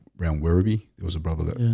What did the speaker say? brown where be there was a brother